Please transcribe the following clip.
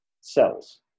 cells